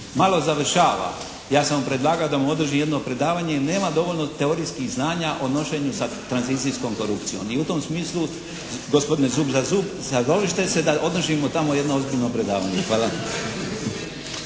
malo završava. Ja sam mu predlagao da mu održim jedno predavanje, nema dovoljno teorijskih znanja o nošenju sa tranzicijskom korupcijom. I u tom smislu gospodine zub za zub, …/Govornik se ne razumije./… da održimo tamo jedno ozbiljno predavanje. Hvala.